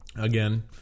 again